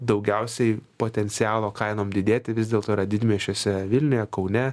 daugiausiai potencialo kainom didėti vis dėlto yra didmiesčiuose vilniuje kaune